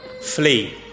flee